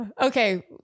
Okay